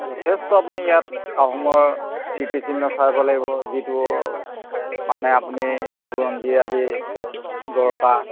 যথেষ্ট আপুনি ইয়াত আহোমৰ কীৰ্তিচিহ্ন চাব লাগিব যিটো মানে আপুনি বুৰঞ্জীয়ে আজি গৰকা